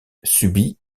subit